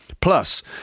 Plus